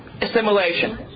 assimilation